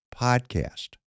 podcast